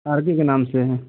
are K के नाम से है